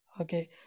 okay